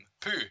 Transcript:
Poo